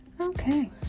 okay